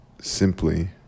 simply